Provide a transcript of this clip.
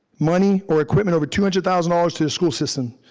money, or equipment, over two hundred thousand dollars to the school system.